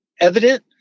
evident